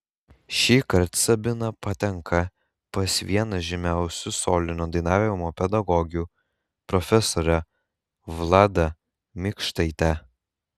šįkart sabina patenka pas vieną žymiausių solinio dainavimo pedagogių profesorę vladą mikštaitę